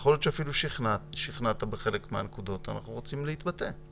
יכול להיות שאפילו שכנעת בחלק מהן ואנחנו רוצים להתבטא.